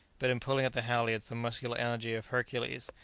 but in pulling at the halyards the muscular energy of hercules,